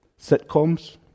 sitcoms